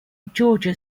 georgia